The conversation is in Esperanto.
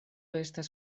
estas